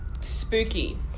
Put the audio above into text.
Spooky